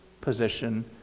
position